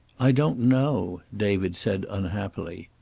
i don't know, david said unhappily.